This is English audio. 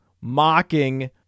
mocking